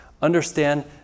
Understand